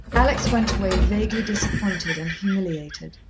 alex went away vaguely disappointed and humiliated.